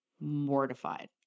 mortified